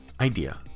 idea